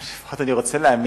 או שלפחות אני רוצה להאמין,